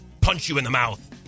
punch-you-in-the-mouth